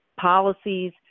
policies